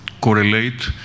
correlate